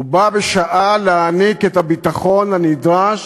ובה-בשעה להעניק את הביטחון הנדרש